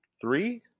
three